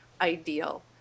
ideal